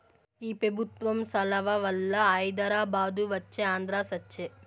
ఈ పెబుత్వం సలవవల్ల హైదరాబాదు వచ్చే ఆంధ్ర సచ్చె